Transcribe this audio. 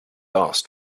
asked